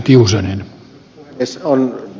arvoisa puhemies